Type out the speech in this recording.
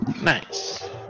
Nice